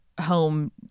home